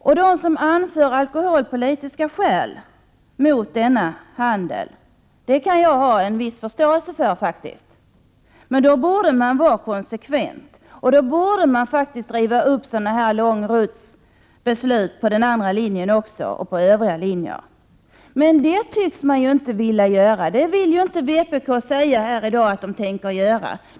Jag kan ha en viss förståelse för att man anför alkoholpolitiska skäl mot denna handel, men då borde man vara konsekvent och riva upp beslutet om lång rutt på denna linje och på övriga linjer. Det tycks majoriteten inte vilja göra.